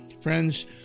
Friends